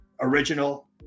original